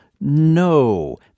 No